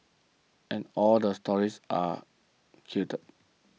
and all the stories are gelled